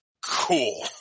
Cool